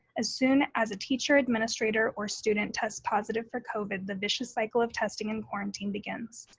as soon as a teacher, administrator, or student tests positive for covid, the vicious cycle of testing and quarantine begins.